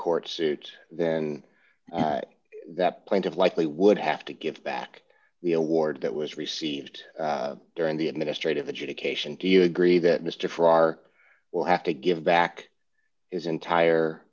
court suit then that point of likely would have to give back the award that was received during the administrative adjudication do you agree that mr farrar will have to give back his entire